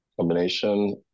combination